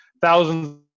thousands